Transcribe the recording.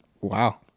wow